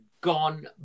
gone